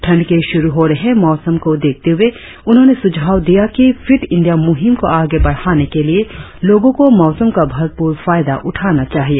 ठंड के शुरु हो रहे मौसम को देखते हुए उन्होने सुझाव दिया कि फिट इंडिया मुहिम को आगे बढ़ाने के लिए लोगों को मौसम का भरपूर फायदा उठाना चाहिए